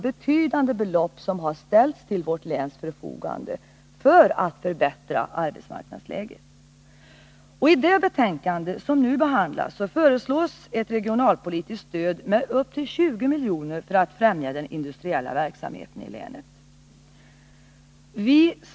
Betydande belopp har alltså ställts till vårt läns förfogande för att arbetsmarknadsläget skall kunna förbättras. I det betänkande som nu behandlas föreslås ett regionalpolitiskt stöd på upp till 20 milj.kr. för att främja den industriella verksamheten i länet.